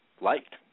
liked